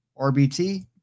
rbt